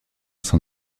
s’en